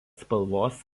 spalvos